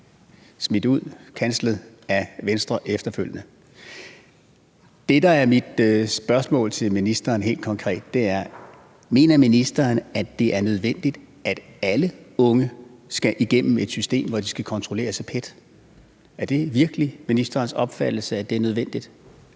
ministeren helt konkret, er: Mener ministeren, at det er nødvendigt, at alle unge skal igennem et system, hvor de skal kontrolleres af PET? Er det virkelig ministerens opfattelse, at det er nødvendigt,